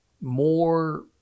more